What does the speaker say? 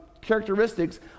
characteristics